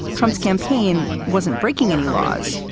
trump's campaign wasn't breaking any laws,